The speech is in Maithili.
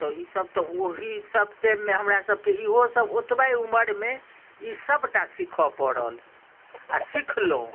तऽ ईसभ तऽ ओहीसभ टाइममे हमरासभके इहोसभ ओतबए उमरमे ईसभटा सिखए पड़ल आ सिखलहुँ